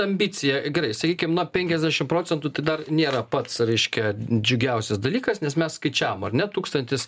ambicija gerai sakykim nuo penkiasdešimt procentų tai dar nėra pats reiškia džiugiausias dalykas nes mes skaičiavom ar ne tūkstantis